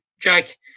Jack